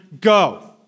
go